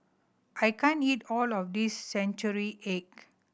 I can't eat all of this century egg